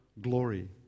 glory